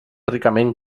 ricament